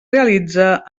realitza